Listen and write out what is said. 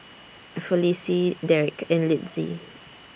Felicie Derek and Litzy